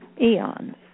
eons